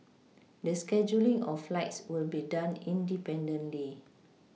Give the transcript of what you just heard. the scheduling of flights will be done independently